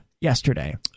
yesterday